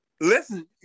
Listen